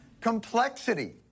complexity